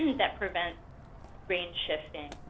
and that prevents range shifting.